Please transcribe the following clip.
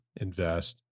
invest